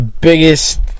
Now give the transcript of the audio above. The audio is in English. biggest